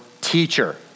teacher